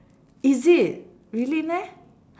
is it really meh